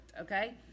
okay